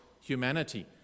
humanity